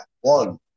one